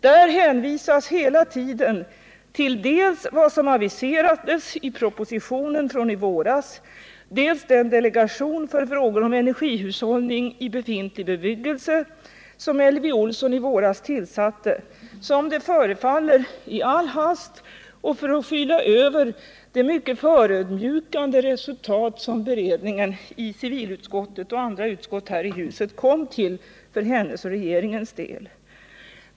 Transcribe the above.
Där hänvisas hela tiden dels till vad som aviserats i propositionen från i våras, dels till den delegation för frågor om energihushållning i befintlig bebyggelse som Elvy Olsson i våras tillsatte — som det förefaller i all hast och för att skyla över det mycket förödmjukande resultat som beredningen i civilutskottet och andra utskott här i huset kom till för hennes och regeringens del.